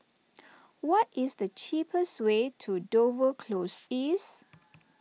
what is the cheapest way to Dover Close East